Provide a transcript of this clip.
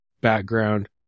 background